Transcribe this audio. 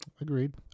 Agreed